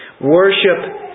worship